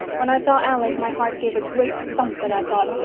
when i saw alec my heart gave a great thump and i thought,